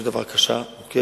תוכנית הבראה קשה ומורכבת.